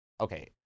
okay